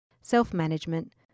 self-management